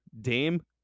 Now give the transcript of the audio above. Dame